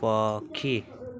ପକ୍ଷୀ